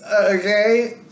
Okay